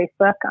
Facebook